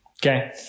Okay